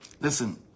Listen